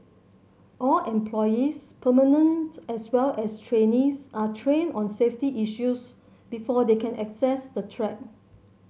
all employees permanent as well as trainees are trained on safety issues before they can access the track